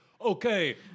Okay